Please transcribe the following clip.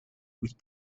with